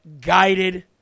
guided